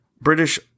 British